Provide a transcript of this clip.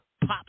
pop